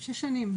6 שנים,